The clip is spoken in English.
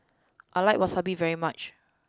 I like Wasabi very much